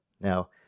Now